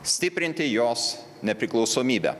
stiprinti jos nepriklausomybę